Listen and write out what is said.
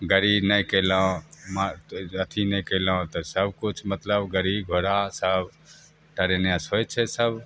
गाड़ी नहि कएलहुँ मा अथी नहि कएलहुँ तऽ सबकिछु मतलब गाड़ी घोड़ा सब ट्रेनेसे होइ छै सब